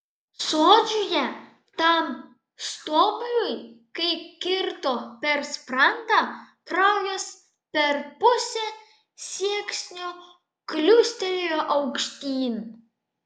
sodžiuje tam stuobriui kai kirto per sprandą kraujas per pusę sieksnio kliūstelėjo aukštyn